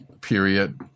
period